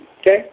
okay